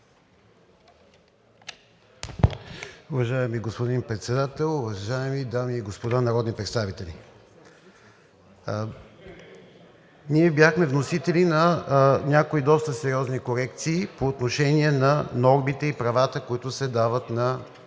Уважаеми господин Председател, уважаеми дами и господа народни представители! Ние бяхме вносители на някои доста сериозни корекции по отношение на нормите и правата, които се дават както